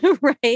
right